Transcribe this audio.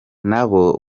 nabo